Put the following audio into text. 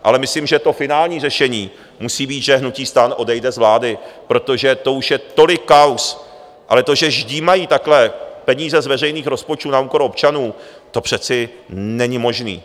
Ale myslím, že to finální řešení musí být, že hnutí STAN odejde z vlády, protože to už je tolik kauz, ale to, že ždímají takhle peníze z veřejných rozpočtů na úkor občanů, to přece není možné.